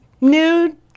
nude